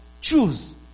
Choose